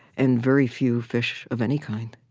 and very few fish of any kind.